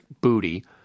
booty